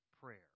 prayer